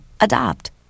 Adopt